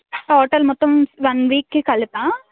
total మొత్తం one వీక్కి కలిపా